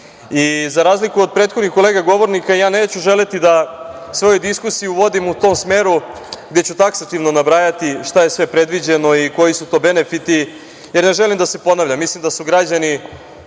razliku od prethodnih kolega govornika, ja neću želeti da svoju diskusiju vodim u tom smeru, već ću taksativno nabrajati šta je sve predviđeno i koji su to benefiti, jer ne želim da se ponavljam. Mislim da su građani